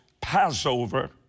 Passover